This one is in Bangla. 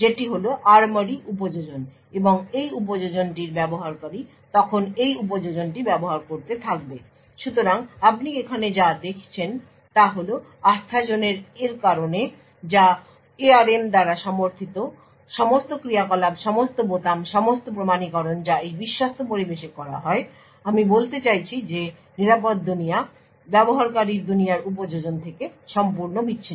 যেটি হল ARMORY উপযোজন এবং এই উপযোজন টির ব্যবহারকারী তখন এই উপযোজনটি ব্যবহার করতে থাকবে। সুতরাং আপনি এখানে যা দেখছেন তা হল আস্থাজোনের এর কারণে যা ARM দ্বারা সমর্থিত সমস্ত ক্রিয়াকলাপ সমস্ত বোতাম সমস্ত প্রমাণীকরণ যা এই বিশ্বস্ত পরিবেশে করা হয় আমি বলতে চাইছি যে নিরাপদ দুনিয়া ব্যবহারকারীর দুনিয়ার উপযোজন থেকে সম্পূর্ণ বিচ্ছিন্ন